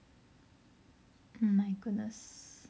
oh my goodness